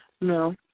No